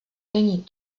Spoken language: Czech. není